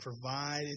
provide